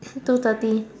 two thirty